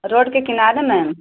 road के किनारे ma'am